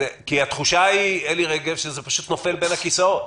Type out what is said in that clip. אלי רגב, התחושה היא שזה פשוט נופל בין הכיסאות.